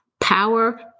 power